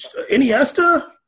Iniesta